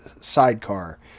sidecar